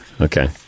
Okay